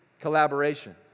Collaboration